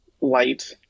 light